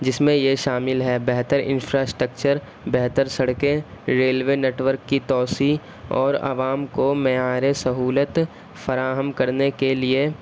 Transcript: جس میں یہ شامل ہیں بہتر انفراسٹکچر بہتر سڑکیں ریلوے نیٹورک کی توسیع اور عوام کو معیار سہولت فراہم کرنے کے لیے